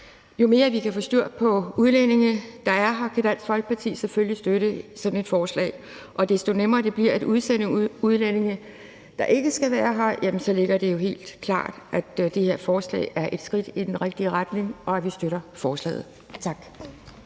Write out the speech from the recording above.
Jo mere vi kan få mere styr på udlændinge, der er her, jo mere kan Dansk Folkeparti selvfølgelig støtte sådan et forslag, og når det bliver nemmere at udsende udlændinge, der ikke skal være her, ligger det jo helt klart, at det her forslag er et skridt i den rigtige retning, og at vi støtter forslaget. Tak.